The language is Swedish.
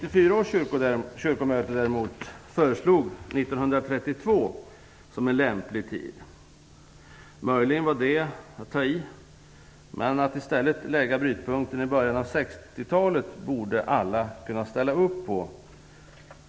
1994 års kyrkomöte föreslog 1932 som en lämplig brytpunkt. Det är möjligen att ta i. Att lägga brytpunkten i början av 1960-talet borde dock alla kunna ställa upp på.